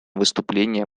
выступление